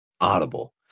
audible